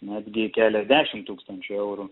netgi keliasdešim tūkstančių eurų